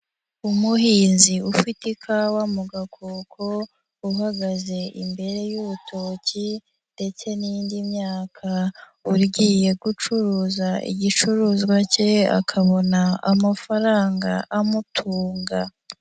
Umuhinzi ufite ikawa mu gakoko, uhagaze imbere y'urutoki ndetse n'indi myaka ugiye gucuruza igicuruzwa cye akabona amafaranga amutunga.